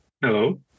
Hello